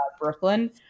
brooklyn